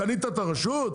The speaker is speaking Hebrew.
קנית את הרשות?